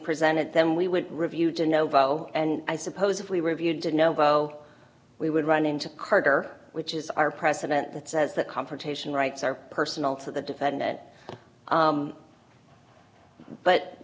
presented then we would review to novell and i suppose if we review did no go we would run into carter which is our president that says that confrontation rights are personal for the defendant